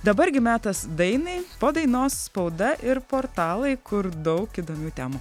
dabar gi metas dainai po dainos spauda ir portalai kur daug įdomių temų